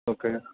okay